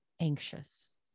anxious